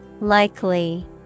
Likely